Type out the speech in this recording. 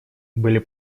были